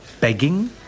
begging